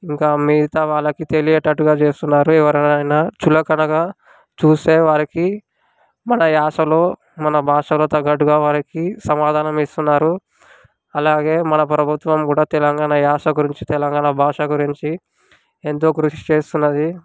ఇంకా మిగతా వాళ్ళకి తెలిసేటట్టుగా చేస్తున్నారు ఎవరైనా చులకనగా చూసేవారికి మన యాసలో మన భాషను తగట్టుగా వారికి సమాధానం ఇస్తున్నారు అలాగే మన ప్రభుత్వం కూడా తెలంగాణ యాస గురించి తెలంగాణ భాష గురించి ఎంతో కృషి చేస్తున్నది